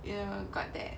you know got that